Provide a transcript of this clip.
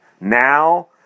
now